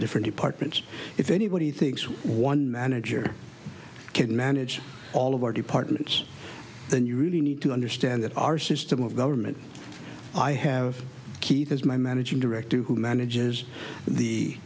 different departments if anybody thinks one manager can manage all of our departments then you really need to understand that our system of government i have keith is my managing director who manages the